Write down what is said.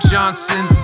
Johnson